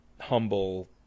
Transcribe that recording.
humble